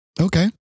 Okay